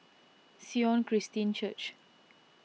Sion Christian Church